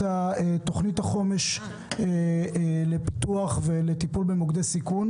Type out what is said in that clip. תוכנית החומש לפיתוח ולטיפול במוקדי סיכון,